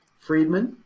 freedmen